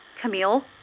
Camille